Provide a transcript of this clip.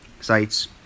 sites